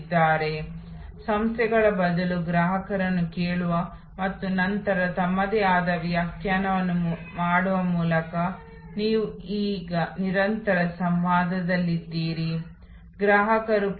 ತೆಗೆದುಕೊಂಡು ಫೋರಂಗೆ ಅಪ್ಲೋಡ್ ಮಾಡಲು ನಿಮ್ಮ ನಿಯೋಜನೆಗಾಗಿ ಬಳಸಬಹುದು